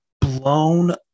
blown